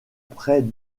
près